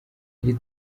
iri